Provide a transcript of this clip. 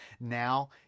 Now